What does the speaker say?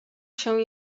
się